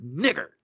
nigger